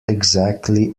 exactly